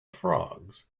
frogs